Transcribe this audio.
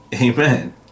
Amen